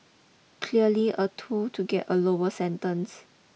clearly a tool to get a lower sentence